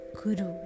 Guru